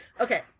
Okay